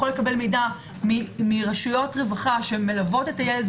יכול לקבל מידע מרשויות רווחה שמלוות את הילד